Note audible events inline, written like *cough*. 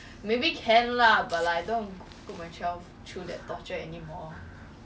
*laughs*